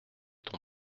ton